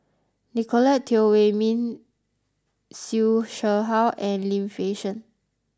Nicolette Teo Wei Min Siew Shaw Her and Lim Fei Shen